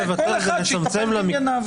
שכל אחד יטפל בענייניו.